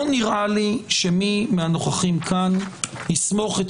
לא נראה לי שמי מהנוכחים כאן יסמוך את